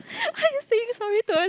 why you saying sorry to